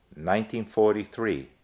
1943